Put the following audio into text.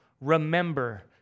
remember